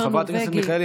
חברת הכנסת מיכאלי,